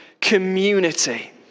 community